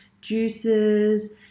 juices